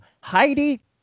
Heidi